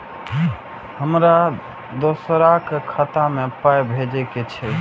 हमरा दोसराक खाता मे पाय भेजे के छै?